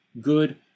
good